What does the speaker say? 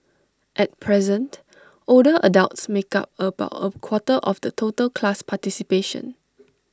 at present older adults make up about A quarter of the total class participation